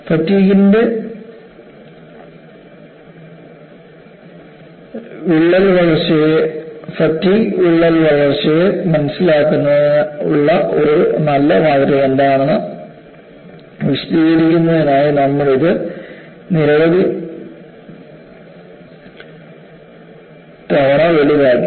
fatigue വിള്ളലിന്റെ വളർച്ചയെ മനസ്സിലാക്കുന്നതിനുള്ള ഒരു നല്ല മാതൃക എന്താണെന്ന് വിശദീകരിക്കുന്നതിനായി നമ്മൾ ഇത് നിരവധി തവണ വലുതാക്കി